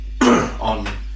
on